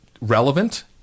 relevant